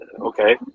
Okay